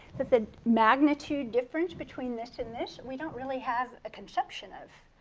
that the magnitude difference between this and this, we don't really have a conception of.